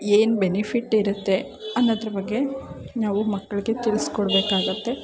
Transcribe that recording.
ಏನು ಬೆನಿಫಿಟ್ ಇರುತ್ತೆ ಅನ್ನೋದ್ರ ಬಗ್ಗೆ ನಾವು ಮಕ್ಕಳಿಗೆ ತಿಳಿಸ್ಕೊಡ್ಬೇಕಾಗತ್ತೆ